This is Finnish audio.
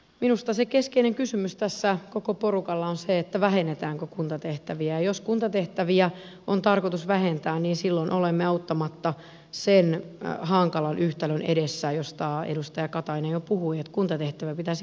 minusta se keskeinen kysymys tässä koko porukalla on se vähennetäänkö kuntatehtäviä ja jos kuntatehtäviä on tarkoitus vähentää niin silloin olemme auttamatta sen hankalan yhtälön edessä josta edustaja katainen jo puhui että kuntatehtäviä pitäisi vähentää